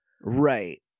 right